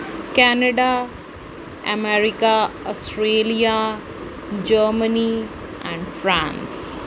Canada America Australia Germany and France